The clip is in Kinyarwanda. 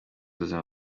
ubuzima